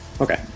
Okay